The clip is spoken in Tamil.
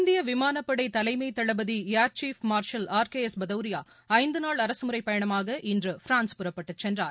இந்திய விமானப்படை தலைமை தளபதி air chief marshal R K S Bhadauria ஐந்து நாள் அரசுமுறைப் பயணமாக இன்று பிரான்ஸ் புறப்பட்டுச் சென்றார்